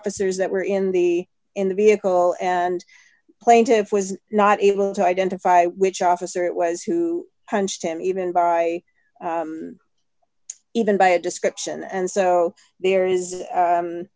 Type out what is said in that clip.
officers that were in the in the vehicle and plaintiff was not able to identify which officer it was who hunched him even by even by a description and so there is